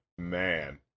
Man